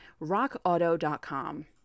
rockauto.com